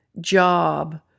Job